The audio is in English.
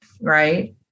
right